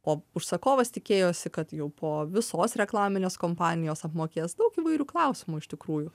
o užsakovas tikėjosi kad jau po visos reklaminės kompanijos apmokės daug įvairių klausimų iš tikrųjų